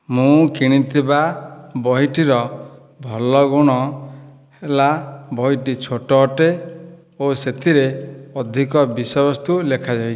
ମୁଁ କିଣିଥିବା ବହିଟିର ଭଲ ଗୁଣ ହେଲା ବହିଟି ଛୋଟ ଅଟେ ଓ ସେଥିରେ ଅଧିକ ବିଷୟବସ୍ତୁ ଲେଖାଯାଇଛି